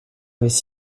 avaient